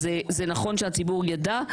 אז זה נכון שהציבור יידע,